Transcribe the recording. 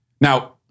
Now